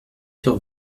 sur